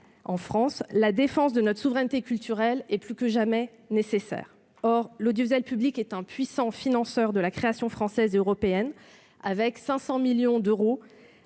HBO Max -, la défense de notre souveraineté culturelle est plus que jamais nécessaire. Or l'audiovisuel public est un puissant financeur de la création française et européenne, avec 500 millions d'euros